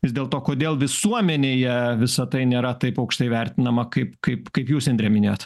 vis dėlto kodėl visuomenėje visa tai nėra taip aukštai vertinama kaip kaip kaip jūs indre minėjot